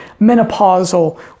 menopausal